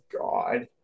God